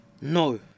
No